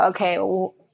okay